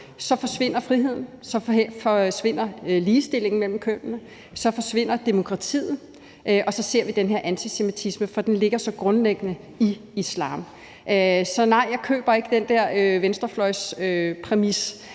så forsvinder ligestillingen mellem kønnene, så forsvinder demokratiet, og så ser vi den her antisemitisme. For den ligger så grundlæggende i islam. Så nej, jeg køber ikke den der venstrefløjspræmis,